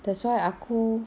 that's why aku